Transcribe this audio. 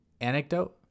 anecdote